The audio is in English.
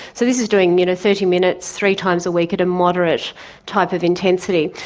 so this is doing you know thirty minutes three times a week at a moderate type of intensity.